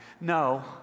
No